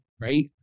Right